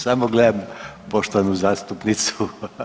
Samo gledam poštovanu zastupnicu.